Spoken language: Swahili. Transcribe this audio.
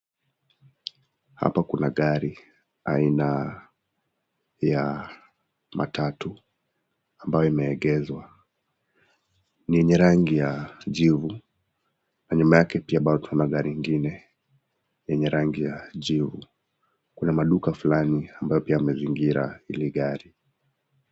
Hapa kuna gari aina ya matatu ambalo limeegezwa, na lenye rangi ya jivu na nyuma yake pia kuna gari lengine lenye rangi ya jivu, Kuna maduka fulani ambayo pia yamezingira hili gari.